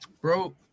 Bro